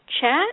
chat